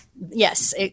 Yes